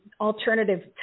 alternative